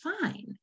fine